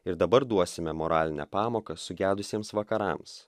ir dabar duosime moralinę pamoką sugedusiems vakarams